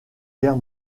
guerre